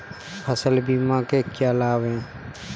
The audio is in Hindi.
फसल बीमा के क्या लाभ हैं?